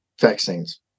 vaccines